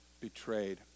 betrayed